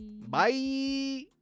Bye